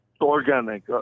organic